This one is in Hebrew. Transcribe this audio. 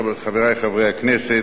חברי חברי הכנסת,